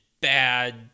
bad